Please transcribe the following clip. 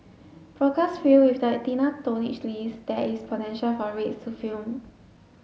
brokers feel with the thinner tonnage list there is potential for rates to firm